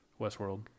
Westworld